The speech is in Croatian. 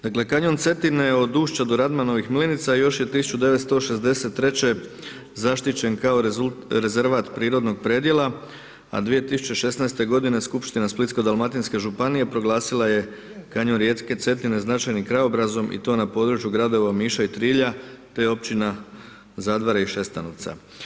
Dakle, kanjon Cetine od ušća do Radmanovih mlinica još je 1963. zaštićen kao rezervat prirodnog predjela, a 2016. godine Skupština Splitsko-dalmatinske županije proglasila je Kanjon rijeke Cetine značajnim krajobrazom i to na području gradova Omiša i Trilja te Općina Zadvare i Šestanovca.